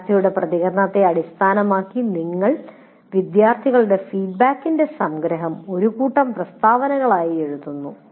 വിദ്യാർത്ഥിയുടെ പ്രതികരണത്തെ അടിസ്ഥാനമാക്കി നിങ്ങൾ വിദ്യാർത്ഥികളുടെ ഫീഡ്ബാക്കിന്റെ സംഗ്രഹം ഒരു കൂട്ടം പ്രസ്താവനകളായി എഴുതുന്നു